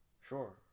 Sure